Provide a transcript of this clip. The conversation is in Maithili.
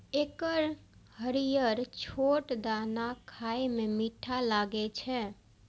एकर हरियर छोट दाना खाए मे मीठ लागै छै